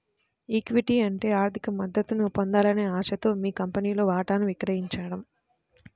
equity అంటే ఆర్థిక మద్దతును పొందాలనే ఆశతో మీ కంపెనీలో వాటాను విక్రయించడం